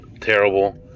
terrible